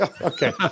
Okay